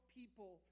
people